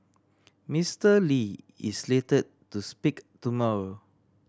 Mister Lee is slated to speak tomorrow